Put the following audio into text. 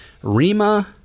Rima